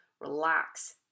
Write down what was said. relax